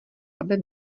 aby